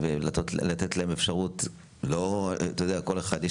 יש את הרופא הפרטי,